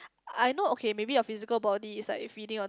I know okay maybe a physical body is like feeding on